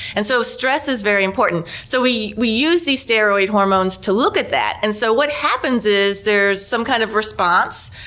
and so stress is very important. so we we use these steroid hormones to look at that. and so what happens is there's some kind of response,